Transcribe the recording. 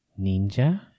Ninja